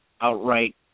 outright